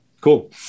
cool